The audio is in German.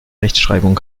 rechtschreibung